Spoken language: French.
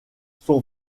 son